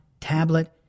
tablet